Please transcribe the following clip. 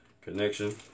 connection